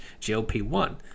GLP-1